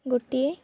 ଗୋଟିଏ